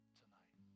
tonight